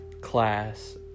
class